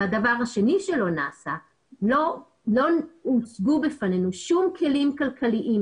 הדבר השני שלא נעשה הוא שלא הוצגו בפנינו כל כלים כלכליים